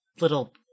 little